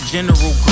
General